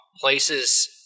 places